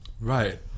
right